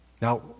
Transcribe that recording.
Now